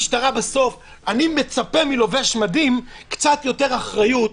אני מצפה מלובש מדים במשטרה קצת יותר אחריות,